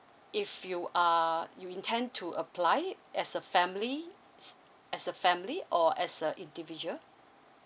if you are you intend to apply as a family s~ as a family or as a individual